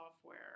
software